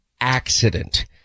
accident